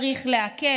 צריך להקל.